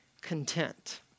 content